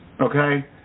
Okay